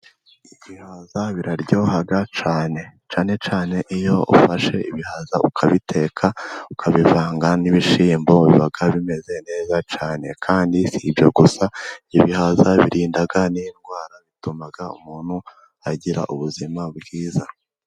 Ibihaza biraryoha cyane. cyane cyane iyo ufashe ibihaza ukabiteka ukabivanga n'ibishimbo wumva bimeze neza cyane. Kandi si ibyo gusa, ibihaza birinda n'indwara, bituma umuntu agira ubuzima bwiza.